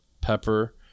pepper